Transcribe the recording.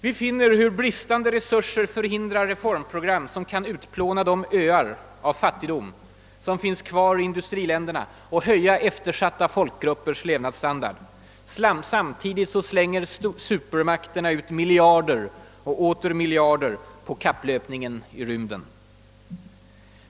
Vi finner hur bristande resurser förhindrar reformprogram som kan utplåna de öar av fattigdom som finns kvar i industriländerna och höja eftersatta folkgruppers levnadsstandard — samtidigt slänger supermakterna ut miljarder och åter miljarder på kapplöpningen i rymden.